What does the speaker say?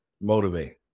motivate